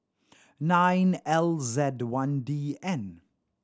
nine L Z one D N